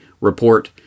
report